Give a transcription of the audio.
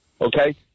Okay